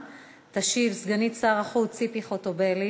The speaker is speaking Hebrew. קיבלתי תשובה שזה יהיה,